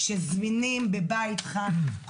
שזמינים בבית חם.